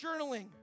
journaling